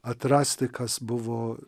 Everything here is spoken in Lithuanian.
atrasti kas buvo